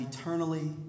eternally